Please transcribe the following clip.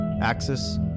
Axis